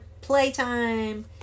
Playtime